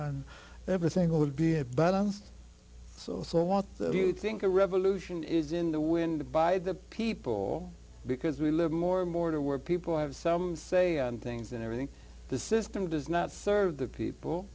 for everything would be balanced so so want do you think a revolution is in the wind by the people because we live more and more to where people have some say on things and everything the system does not serve the people